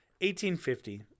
1850